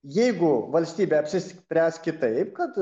jeigu valstybė apsispręs kitaip kad